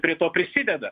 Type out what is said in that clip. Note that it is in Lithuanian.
prie to prisideda